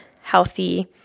healthy